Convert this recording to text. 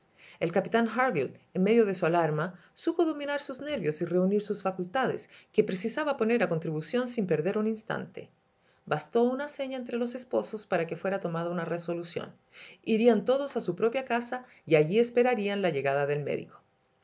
el capitán harville en medio de su alarma supo dominar sus nervios y reunir sus facultades que precisaba poner a contribución sin perder un instante bastó una seña entre los esposos para que fuera tomada una resolución irían todos a su propia casa y allí esperarían la llegada del médico